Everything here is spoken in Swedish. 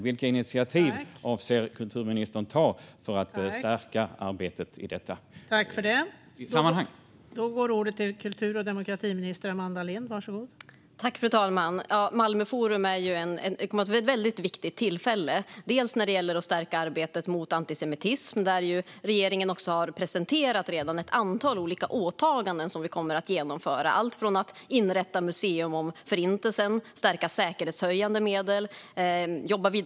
Vilka initiativ avser kulturministern att ta för att stärka arbetet i detta sammanhang?